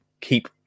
keep